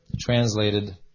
translated